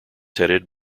headed